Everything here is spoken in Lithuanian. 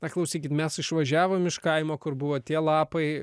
paklausykit mes išvažiavom iš kaimo kur buvo tie lapai